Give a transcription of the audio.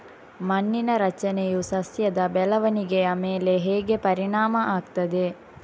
ಮಣ್ಣಿನ ರಚನೆಯು ಸಸ್ಯದ ಬೆಳವಣಿಗೆಯ ಮೇಲೆ ಹೇಗೆ ಪರಿಣಾಮ ಆಗ್ತದೆ?